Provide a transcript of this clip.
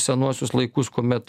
senuosius laikus kuomet